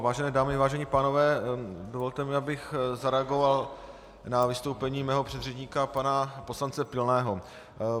Vážené dámy, vážení pánové, dovolte mi, abych zareagoval na vystoupení mého předřečníka pana poslance Pilného.